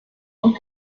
und